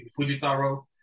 Fujitaro